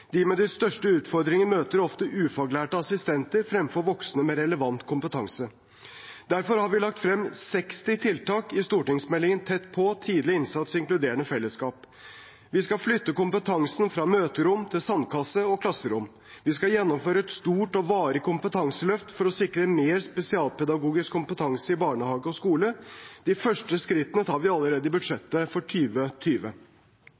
De med de største utfordringene møter ofte ufaglærte assistenter fremfor voksne med relevant kompetanse. Derfor har vi lagt frem 60 tiltak i stortingsmeldingen Tett på – tidlig innsats og inkluderende fellesskap. Vi skal flytte kompetansen fra møterom til sandkasse og klasserom. Vi skal gjennomføre et stort og varig kompetanseløft for å sikre mer spesialpedagogisk kompetanse i barnehage og skole. De første skrittene tar vi allerede i